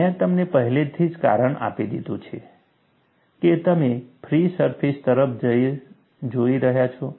મેં તમને પહેલેથી જ કારણ આપી દીધું છે કે તમે ફ્રી સરફેસ તરફ જોઈ રહ્યા છો